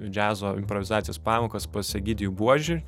džiazo improvizacijos pamokas pas egidijų buožį